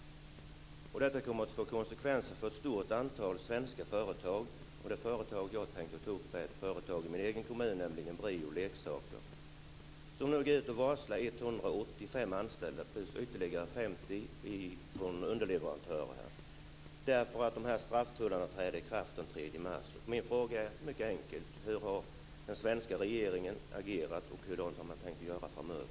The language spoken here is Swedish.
Detta kommer att få konsekvenser för ett stort antal svenska företag. Det företag jag tänkte ta upp är ett företag i min egen kommun, nämligen Brio Leksaker, som gick ut och varslade 185 anställda plus ytterligare 50 vid en underleverantör därför att strafftullarna träder i kraft den Min fråga är mycket enkel: Hur har den svenska regeringen agerat, och hur har man tänkt göra framöver?